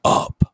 up